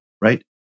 right